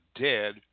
dead